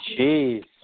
Jeez